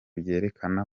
byerekana